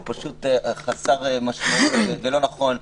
זה פשוט חסר משמעות ולא נכון.